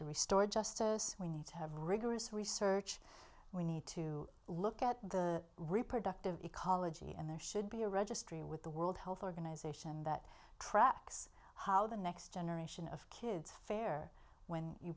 to restore just we need to have rigorous research we need to look at the reproductive ecology and there should be a registry with the world health organization that tracks how the next generation of kids fare when